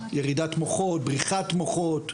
קוראים בריחת המוחות.